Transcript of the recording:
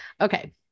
Okay